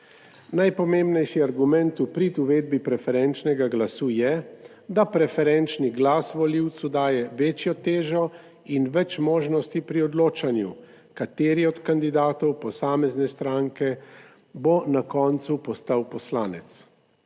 Najpomembnejši argument v prid uvedbi preferenčnega glasu je, da preferenčni glas volivcu daje večjo težo in več možnosti pri odločanju, kateri od kandidatov posamezne stranke bo na koncu postal poslanec.